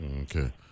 okay